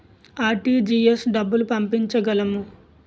RTGS డబ్బులు పంపించగలము?